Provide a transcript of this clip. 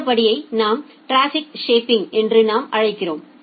அடுத்த படியை நாம் டிராபிக் ஷேப்பிங் என்று நாம் அழைக்கிறோம்